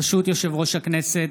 ברשות יושב-ראש הכנסת,